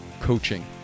coaching